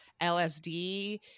LSD